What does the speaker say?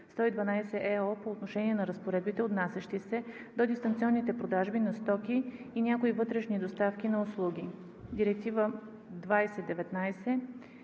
2006/112/ЕО по отношение на разпоредбите, отнасящи се до дистанционните продажби на стоки и някои вътрешни доставки на стоки – Директива